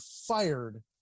fired